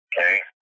Okay